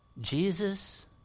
Jesus